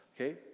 okay